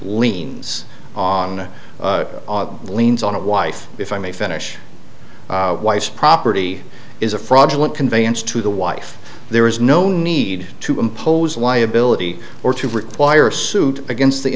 liens on liens on a wife if i may finish wife's property is a fraudulent conveyance to the wife there is no need to impose liability or to require a suit against the